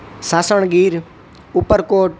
Sasan Gir Uparkot